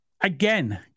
again